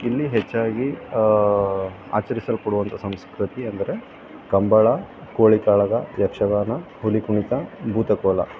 ಇಲ್ಲಿ ಹೆಚ್ಚಾಗಿ ಆಚರಿಸಲ್ಪಡುವಂಥ ಸಂಸ್ಕೃತಿ ಅಂದರೆ ಕಂಬಳ ಕೋಳಿ ಕಾಳಗ ಯಕ್ಷಗಾನ ಹುಲಿ ಕುಣಿತ ಭೂತ ಕೋಲ